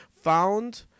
found